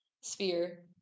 sphere